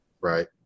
right